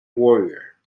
warrior